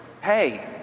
Hey